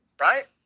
right